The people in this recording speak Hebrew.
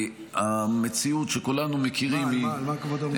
המציאות שכולנו מכירים, על מה כבודו מדבר?